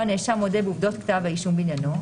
הנאשם מודה בעובדות כתב האישום בעניינו,